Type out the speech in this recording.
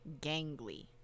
Gangly